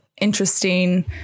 interesting